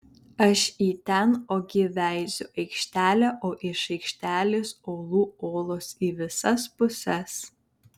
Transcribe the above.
aš į ten ogi veiziu aikštelė o iš aikštelės olų olos į visas puses